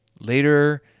later